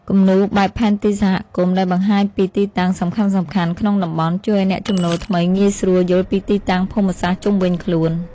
គំនូរបែបផែនទីសហគមន៍ ដែលបង្ហាញពីទីតាំងសំខាន់ៗក្នុងតំបន់ ជួយឱ្យអ្នកចំណូលថ្មីងាយស្រួលយល់ពីទីតាំងភូមិសាស្ត្រជុំវិញខ្លួន។